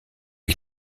ich